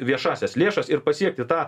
viešąsias lėšas ir pasiekti tą